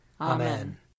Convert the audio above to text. Amen